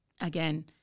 Again